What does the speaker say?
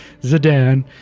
Zidane